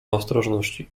ostrożności